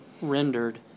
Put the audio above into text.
rendered